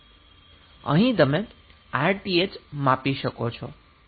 અહીં તમે Rth માપી શકો છો